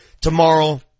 Tomorrow